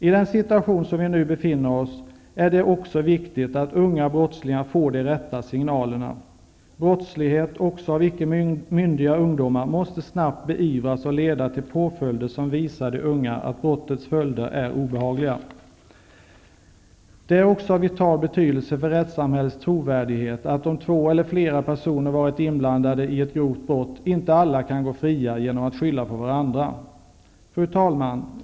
I den situation som vi nu befinner oss i är det också viktigt att unga brottslingar får de rätta signalerna. Brott också av icke myndiga ungdomar måste snabbt beivras och leda till påföljder som visar de unga att brottets följder är obehagliga. Det är ockå av vital betydelse för rättssamhällets trovärdighet att om två eller flera personer varit inblandade i ett grovt brott, inte alla kan gå fria genom att skylla på varandra. Fru talman!